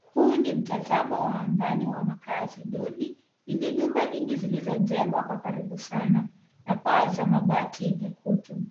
Huu ni mtazamo wa angani wa makaazi duni yenye nyumba nyingi zilizojengwa kwa karibu sana na paa za mabati yenye kutu.